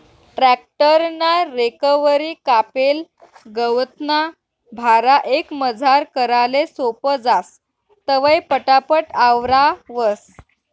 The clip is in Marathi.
ट्रॅक्टर ना रेकवरी कापेल गवतना भारा एकमजार कराले सोपं जास, तवंय पटापट आवरावंस